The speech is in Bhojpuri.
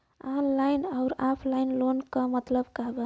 ऑनलाइन अउर ऑफलाइन लोन क मतलब का बा?